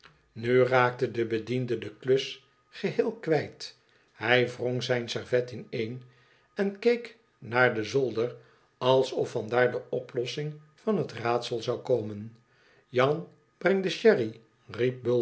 nu raakte de bediende de klus geheel kwijt hij wrong zijn servet ineen en keek naar den zolder alsof van daar de oplossing van het raadsel zou komen jan breng de sherry